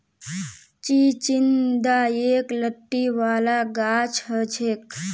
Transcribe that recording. चिचिण्डा एक लत्ती वाला गाछ हछेक